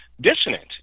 dissonant